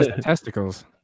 testicles